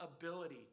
ability